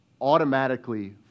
automatically